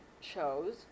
chose